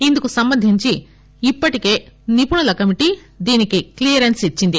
ఇందుకు సంబంధించి ఇప్పటికే నిపుణుల కమిటీ దీనికి క్ణియరెన్ను ఇచ్చింది